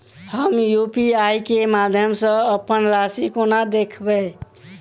हम यु.पी.आई केँ माध्यम सँ अप्पन राशि कोना देखबै?